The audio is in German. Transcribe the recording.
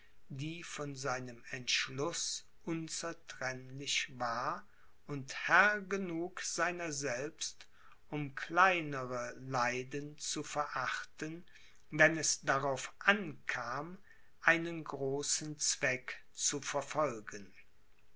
die von seinem entschluß unzertrennlich war und herr genug seiner selbst um kleinere leiden zu verachten wenn es darauf ankam einen großen zweck zu verfolgen